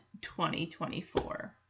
2024